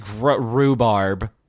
rhubarb